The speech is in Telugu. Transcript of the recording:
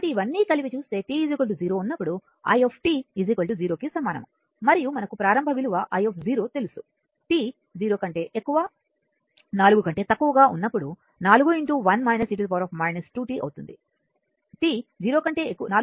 కాబట్టి ఇవన్నీ కలిపి చూస్తే t 0 ఉన్నప్పుడు i 0 కి సమానము మరియు మనకు ప్రారంభ విలువ i తెలుసు 0t 4 ఉన్నప్పుడు 4 అవుతుంది